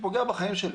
הוא פוגע בחיים שלי.